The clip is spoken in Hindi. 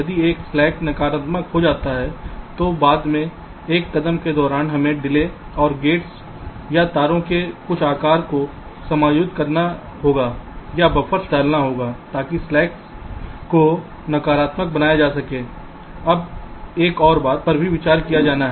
यदि एक स्लैक नकारात्मक हो जाता है तो बाद के एक कदम के दौरान हमें डिले और गेट्स या तारों के कुछ आकार को समायोजित करना होगा या बफ़र्स डालना होगा ताकि स्लैक्स को सकारात्मक बनाया जा सके अब एक और बात पर भी विचार किया जाना है